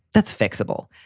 that's fixable.